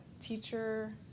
teacher